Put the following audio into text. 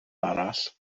arall